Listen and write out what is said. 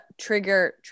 trigger